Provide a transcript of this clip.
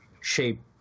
shape